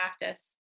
practice